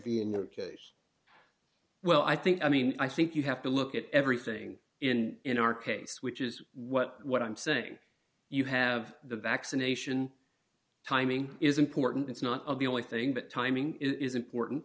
be in that case well i think i mean i think you have to look at everything in in our case which is what what i'm saying you have the vaccination timing is important it's not of the only thing but timing is important